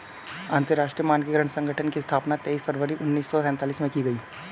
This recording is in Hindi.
अंतरराष्ट्रीय मानकीकरण संगठन की स्थापना तेईस फरवरी उन्नीस सौ सेंतालीस में की गई